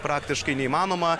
praktiškai neįmanoma